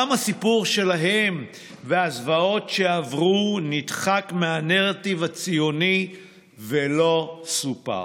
גם הסיפור שלהם והזוועות שעברו נדחק מהנרטיב הציוני ולא סופר.